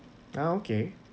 ah okay